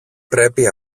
πρέπει